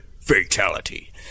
Fatality